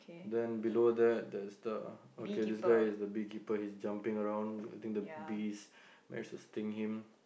then below that there's the okay this guy is the bee keeper he's jumping around I think the bees manage to sting him